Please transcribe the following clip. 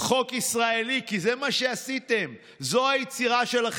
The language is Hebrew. בין היתר חברת הכנסת שולי מועלם, שעשתה מדהימה כאן